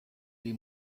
die